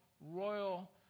royal